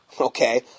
okay